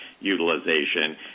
utilization